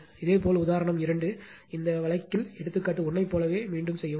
இதேபோல் உதாரணம் 2 இந்த வழக்கில் எடுத்துக்காட்டு 1 ஐ போலவே மீண்டும் செய்யவும் ZLR j XL